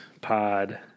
pod